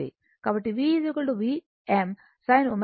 కాబట్టి V Vm sin ω t θ మరియు Vm Im z